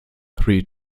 three